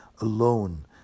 alone